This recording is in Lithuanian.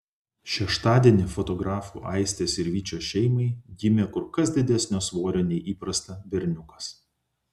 šeštadienį fotografų aistės ir vyčio šeimai gimė kur kas didesnio svorio nei įprasta berniukas